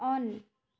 on